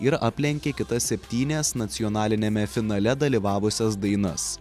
ir aplenkė kitas septynias nacionaliniame finale dalyvavusias dainas